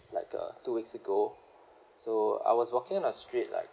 like uh two weeks ago so I was walking on a street like